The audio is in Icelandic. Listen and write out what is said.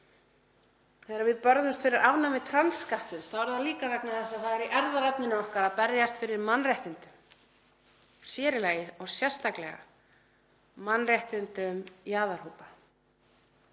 Þegar við börðumst fyrir afnámi trans skattsins var það líka vegna þess að það er í erfðaefninu okkar að berjast fyrir mannréttindum, sér í lagi og sérstaklega mannréttindum jaðarhópa.